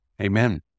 Amen